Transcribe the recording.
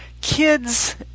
kids